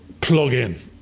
plugin